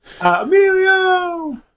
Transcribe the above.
Emilio